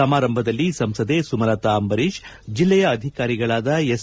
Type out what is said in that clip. ಸಮಾರಂಭದಲ್ಲಿ ಸಂಸದೆ ಸುಮಲತಾ ಅಂಬರೀಷ್ ಜಿಲ್ಲೆಯ ಅಧಿಕಾರಿಗಳಾದ ಎಸ್